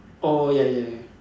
oh ya ya ya